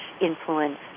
influence